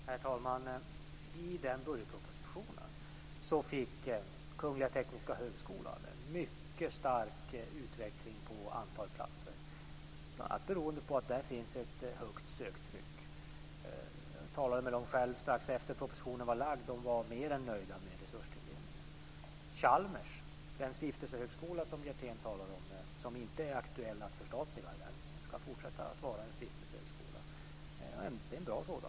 Herr talman! I den budgetpropositionen fick Kungliga tekniska högskolan en mycket stark utveckling av antalet platser. Det berodde bl.a. på att där finns det ett högt söktryck. Jag talade med högskolan strax efter det att propositionen hade lagts fram, och man var mer än nöjd med resurstilldelningen. Chalmers, den stiftelsehögskola som Hjertén talade om, är det inte aktuellt att förstatliga. Den ska fortsätta att vara en stiftelsehögskola. Det är en bra sådan.